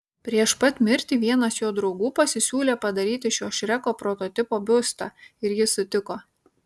prieš pat mirtį vienas jo draugų pasisiūlė padaryti šio šreko prototipo biustą ir jis sutiko